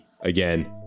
Again